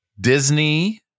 Disney